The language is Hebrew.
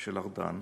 של ארדן,